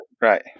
Right